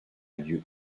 lieu